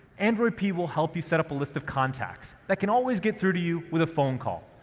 android p will help you set up a list of contacts that can always get through to you with a phone call,